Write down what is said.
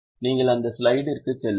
நீங்கள் அந்த ஸ்லைடிற்குச் செல்லுங்கள்